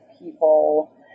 people